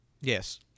Yes